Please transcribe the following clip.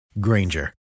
Granger